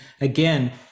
again